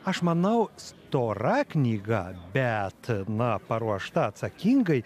aš manau stora knyga bet na paruošta atsakingai